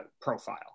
profile